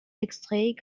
extraits